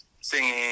singing